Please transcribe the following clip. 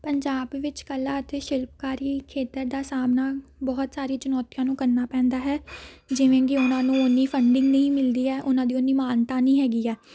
ਪੰਜਾਬ ਵਿੱਚ ਕਲਾ ਅਤੇ ਸ਼ਿਲਪਕਾਰੀ ਖੇਤਰ ਦਾ ਸਾਹਮਣਾ ਬਹੁਤ ਸਾਰੀ ਚੁਣੌਤੀਆਂ ਨੂੰ ਕਰਨਾ ਪੈਂਦਾ ਹੈ ਜਿਵੇਂ ਕਿ ਉਹਨਾਂ ਨੂੰ ਉੰਨੀ ਫੰਡਿੰਗ ਨਹੀਂ ਮਿਲਦੀ ਹੈ ਉਹਨਾਂ ਦੀ ਉੰਨੀ ਮਾਨਤਾ ਨਹੀਂ ਹੈਗੀ ਆ